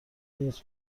نیز